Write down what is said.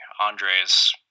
Andre's